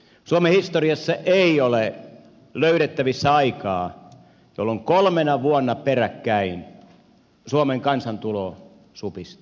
suomen historiassa ei ole löydettävissä aikaa jolloin kolmena vuonna peräkkäin suomen kansantulo supistuu